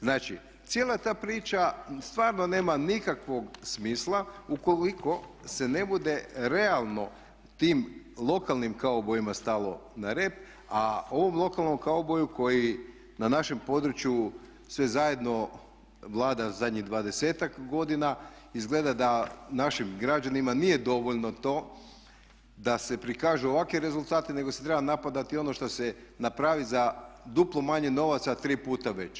Znači, cijela ta priča stvarno nema nikakvog smisla ukoliko se ne bude realno tim lokalnim kaubojima stalo na rep a ovom lokalnom kauboju koji na našem području sve zajedno vlada zadnjih 20-ak godina izgleda da našim građanima nije dovoljno to da se prikažu ovakvi rezultati nego se treba napadati ono što se napravi za duplo manje novaca a tri puta veće.